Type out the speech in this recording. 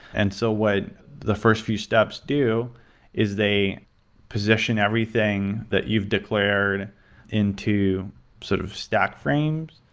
and so what the first few steps do is they position everything that you've declared into sort of stack frames,